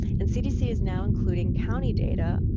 and cdc is now including county data,